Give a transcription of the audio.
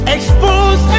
Expose